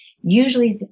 Usually